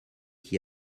qui